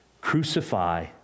crucify